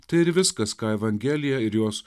tai ir viskas ką evangelija ir jos